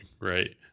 right